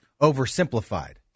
oversimplified